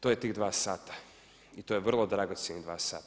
To je tih dva sata i to je vrlo dragocjenih dva sata.